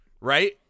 right